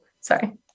sorry